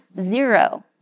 zero